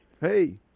hey